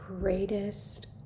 greatest